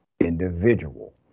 individual